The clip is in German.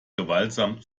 gewaltsam